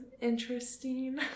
interesting